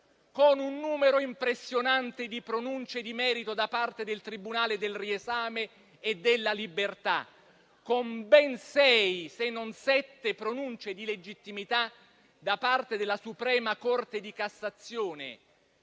un numero impressionante di pronunce di merito da parte del tribunale del riesame e della libertà. Vi sono state inoltre ben sei, se non sette pronunce di legittimità da parte della suprema Corte di cassazione,